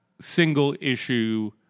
single-issue